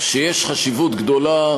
שיש חשיבות גדולה